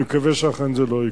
אני מקווה שאכן זה לא יקרה.